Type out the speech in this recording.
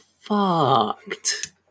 fucked